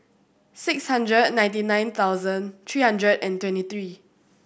six hundred and ninety nine thousand three hundred and twenty three